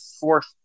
fourth